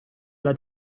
alla